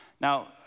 Now